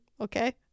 okay